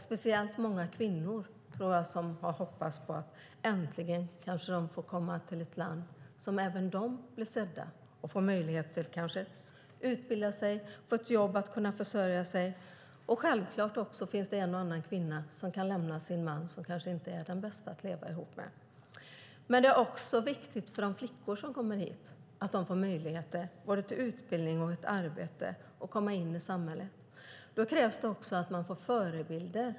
Speciellt har många kvinnor hoppats att äntligen komma till ett land där även de blir sedda och får möjlighet att utbilda sig och få ett jobb så att de kan försörja sig. Det finns säkert också en och annan kvinna som kan lämna sin man som kanske inte är den bästa att leva tillsammans med. Det är också viktigt för de flickor som kommer hit att de får möjlighet till utbildning och arbete och kan komma in i samhället. Då krävs det förebilder.